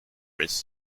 press